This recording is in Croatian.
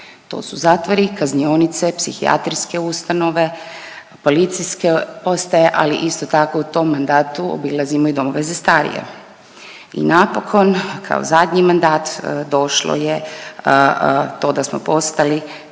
To su zatvori, kaznionice, psihijatrijske ustanove, policijske postaje ali isto tako u tom mandatu obilazimo i domove za starije. I napokon kao zadnji mandat došlo je to da smo postali